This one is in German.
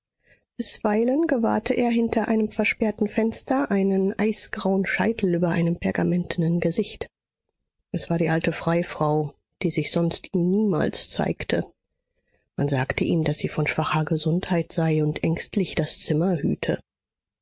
bisweilen gewahrte er hinter einem versperrten fenster einen eisgrauen scheitel über einem pergamentenen gesicht es war die alte freifrau die sich sonst ihm niemals zeigte man sagte ihm daß sie von schwacher gesundheit sei und ängstlich das zimmer